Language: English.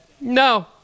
no